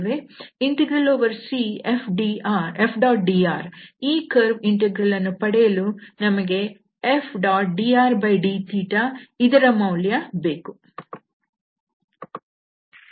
CF⋅dr ಈ curve integral ಅನ್ನು ಪಡೆಯಲು ನಮಗೆ Fdrdθ ಇದರ ಮೌಲ್ಯ ಬೇಕು